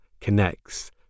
connects